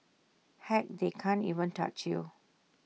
heck they can't even touch you